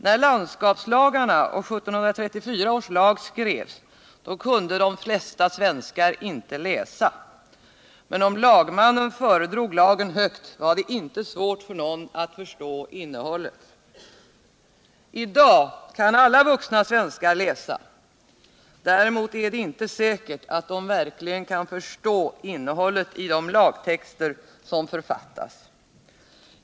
När landskapslagarna och 1734 års lag skrevs kunde de flesta svenskar inte läsa, men om lagmannen föredrog lagen högt var det inte svårt för någon att förstå innehållet. Nu kan alla vuxna svenskar läsa. Däremot är det inte säkert att de verkligen kan förstå innehållet i de lagtexter som författas i dag.